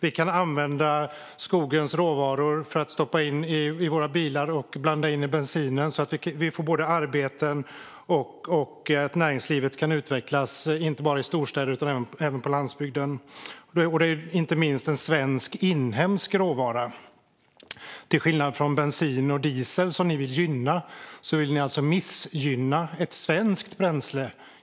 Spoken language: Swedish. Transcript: Vi kan använda skogens råvaror för att så att säga stoppa in dem i våra bilar och blanda in i bensinen. Då får vi arbeten och näringslivet kan utvecklas, inte bara i storstäder utan även på landsbygden. Det är inte minst en svensk inhemsk råvara. Till skillnad från bensin och diesel, som ni vill gynna, vill ni alltså missgynna ett svenskt bränsle.